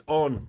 on